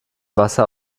wasser